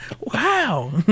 Wow